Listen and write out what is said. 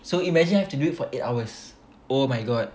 so imagine have to do it for eight hours oh my god